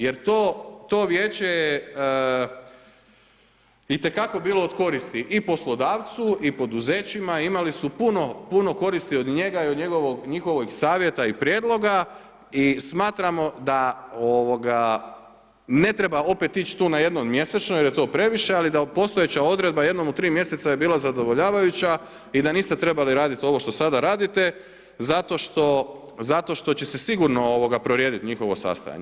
Jer to, to Vijeće i te kako je bilo od koristi i poslodavcu i poduzećima imali su puno koristi od njega i njihovih savjeta i prijedloga i smatramo da ne treba opet tu ići na jednom mjesečno jer je to previše, ali da postojeća odredba jednom u 3 mjeseca je bila zadovoljavajuća i da niste trebali raditi ovo što sada radite zato što će se sigurno prorijediti njihovo sastajanje.